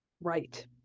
right